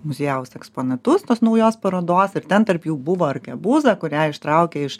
muziejaus eksponatus tos naujos parodos ir ten tarp jų buvo arkebuza kurią ištraukė iš